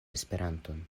esperanton